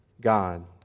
God